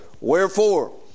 Wherefore